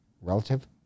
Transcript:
relative